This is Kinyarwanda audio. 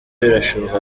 birashoboka